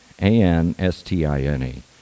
A-N-S-T-I-N-E